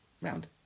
round